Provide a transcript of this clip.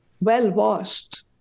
well-washed